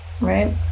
Right